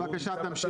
תמשיך.